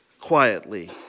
quietly